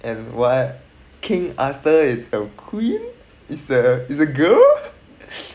and what king arthur is the queen is a is a girl